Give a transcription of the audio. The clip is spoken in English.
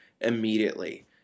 immediately